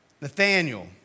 Nathaniel